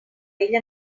ell